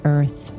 Earth